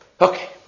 Okay